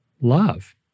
love